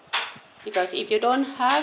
because if you don't have